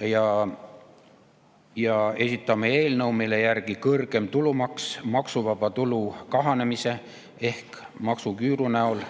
Me esitame eelnõu, mille järgi kõrgem tulumaks kahaneva maksuvaba tulu ehk maksuküüru näol